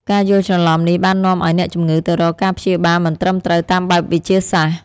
ការយល់ច្រឡំនេះបាននាំឱ្យអ្នកជំងឺទៅរកការព្យាបាលមិនត្រឹមត្រូវតាមបែបវិទ្យាសាស្ត្រ។